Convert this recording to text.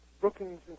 Brookings